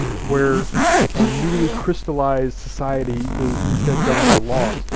where a newly crystallized society is instead governed by laws,